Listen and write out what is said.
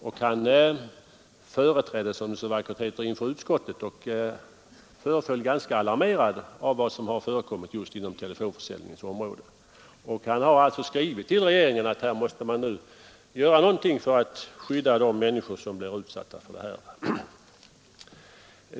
När han företrädde inför utskottet — som det så högtidligt heter — föreföll han ganska alarmerad av vad som förekommit inom telefonförsäljningsområdet. Han har också skrivit till regeringen och framhållit att här måste det göras något för att skydda de människor som blir utsatta för försäljarna.